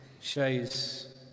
shows